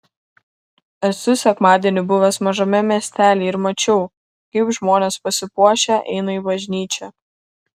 esu sekmadienį buvęs mažame miestelyje ir mačiau kaip žmonės pasipuošę eina į bažnyčią